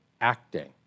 acting